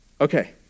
okay